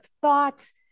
thoughts